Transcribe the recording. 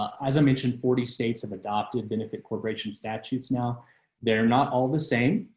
as i mentioned forty states have adopted benefit corporation statutes. now they're not all the same.